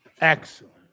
Excellent